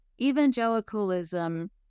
evangelicalism